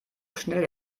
schnell